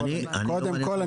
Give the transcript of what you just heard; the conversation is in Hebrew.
קודם כול,